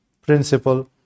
principle